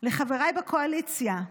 לחבריי בקואליציה: